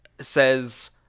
says